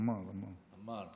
עמאר, עמאר.